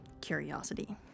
curiosity